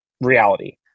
reality